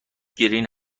گرین